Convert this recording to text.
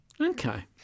Okay